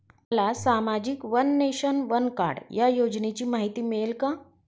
मला सामाजिक one nation, one card या योजनेची माहिती मिळेल का?